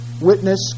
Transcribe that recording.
witness